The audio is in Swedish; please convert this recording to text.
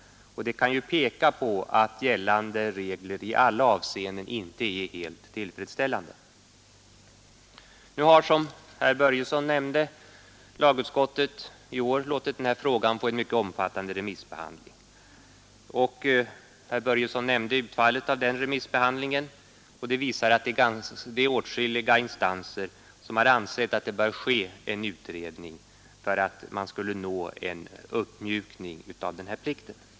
Det förhållandet kan peka på att gällande regler inte i alla avseenden är helt tillfredsställande. Nu har, som herr Börjesson i Falköping nämnde, lagutskottet i år låtit denna fråga få en mycket omfattande remissbehandling. Herr Börjesson redogjorde för utfallet av denna, och det visar att åtskilliga instanser anser att det bör göras en utredning i syfte att åstadkomma en uppmjukning av bouppteckningsplikten.